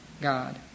god